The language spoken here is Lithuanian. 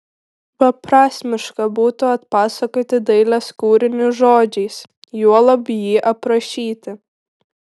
beprasmiška būtų atpasakoti dailės kūrinį žodžiais juolab jį aprašyti